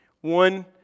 one